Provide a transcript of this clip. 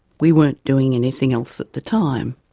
we weren't doing anything else at the time.